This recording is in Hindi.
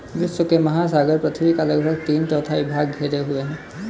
विश्व के महासागर पृथ्वी का लगभग तीन चौथाई भाग घेरे हुए हैं